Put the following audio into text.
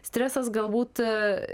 stresas galbūt